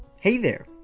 hey there!